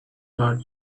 heart